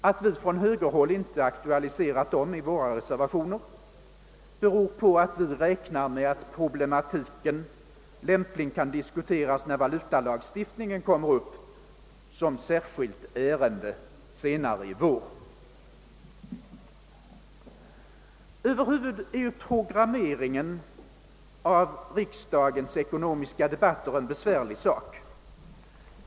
Att vi från högerhåll inte aktualiserat detta i våra reservationer beror på att vi räknar med att problematiken lämpligen kan diskuteras när valutalagstiftningen kommer upp som särskilt ärende senare under vårsessionen. Över huvud är programmeringen av riksdagens ekonomiska debatter en besvärlig sak.